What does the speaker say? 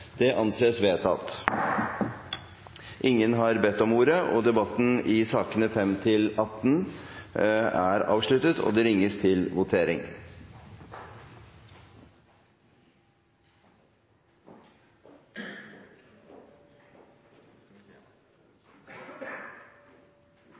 Det anses vedtatt. Ingen har bedt om ordet til sakene nr. 5–18. Før Stortinget går til votering: I sakene nr. 2 og 3 foreligger det